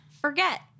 forget